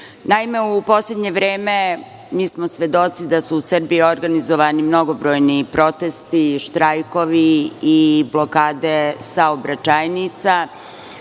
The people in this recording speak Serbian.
u poslednje vreme mi smo svedoci da su u Srbiji organizovani mnogobrojni protesti, štrajkovi i blokade saobraćajnica.